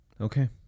Okay